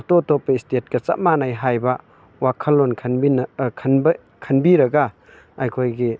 ꯑꯇꯣꯞ ꯑꯇꯣꯞꯄ ꯏꯁꯇꯦꯠꯀꯥ ꯆꯞ ꯃꯥꯟꯅꯩ ꯍꯥꯏꯕ ꯋꯥꯈꯜꯂꯣꯟ ꯈꯟꯕꯤꯔꯒ ꯑꯩꯈꯣꯏꯒꯤ